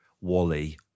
wally